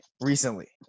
Recently